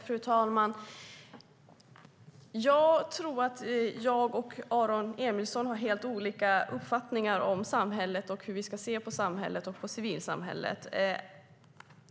Fru talman! Jag tror att jag och Aron Emilsson har helt olika uppfattningar om samhället och hur vi ska se på det och på civilsamhället.